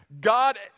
God